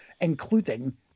including